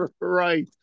Right